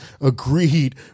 agreed